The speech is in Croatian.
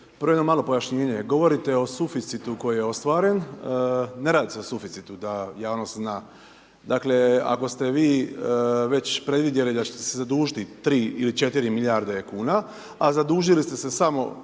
prvo jedno malo pojašnjenje govorite o suficitu koji je ostvaren, ne radi se o suficitu da javnost zna. Dakle, ako ste vi već predvidjeli da ćete se zadužiti 3 ili 4 milijarde kuna, a zadužili ste se samo